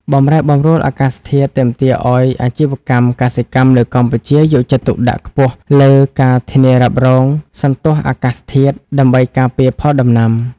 បម្រែបម្រួលអាកាសធាតុទាមទារឱ្យអាជីវកម្មកសិកម្មនៅកម្ពុជា យកចិត្តទុកដាក់ខ្ពស់លើការធានារ៉ាប់រងសន្ទស្សន៍អាកាសធាតុ ដើម្បីការពារផលដំណាំ។